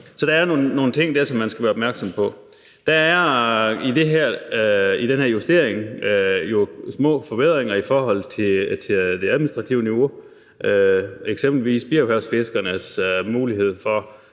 Så der er nogle ting der, som man skal være opmærksom på. Der er i den her justering små forbedringer på det administrative niveau, eksempelvis muligheden for